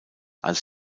als